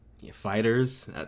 fighters